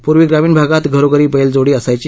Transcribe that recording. पूर्वी ग्रामीण भागात घरोघरी बैलजोडी असायची